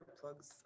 plugs